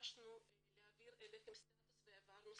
התבקשנו להעביר אליכם סטטוס, והעברנו.